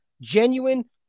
genuine